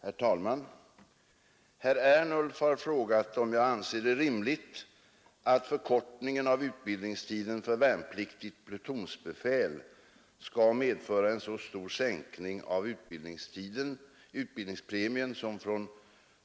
Herr talman! Herr Ernulf har frågat om jag anser det rimligt att förkortningen av utbildningstiden för värnpliktigt plutonsbefäl skall medföra en så stor sänkning av utbildningspremien som från